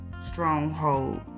stronghold